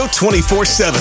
24-7